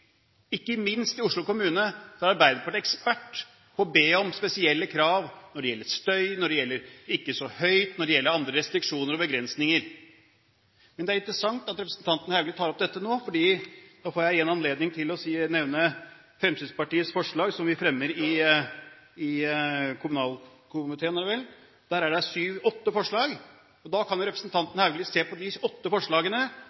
Ikke minst i Oslo kommune er Arbeiderpartiet ekspert på å stille spesielle krav når det gjelder støy, når det gjelder å ikke bygge så høyt, og når det gjelder å komme med andre restriksjoner og begrensninger. Men det er interessant at representanten Haugli tar opp dette nå, for da får jeg igjen anledning til å nevne Fremskrittspartiets forslag som vi fremmer i kommunal- og forvaltningskomiteen. Det er åtte forslag, og representanten Haugli kan se på de åtte forslagene. Så blir det bedre, og da